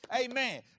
Amen